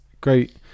great